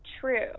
true